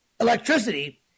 electricity